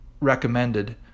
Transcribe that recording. recommended